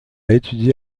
étudié